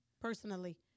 personally